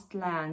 land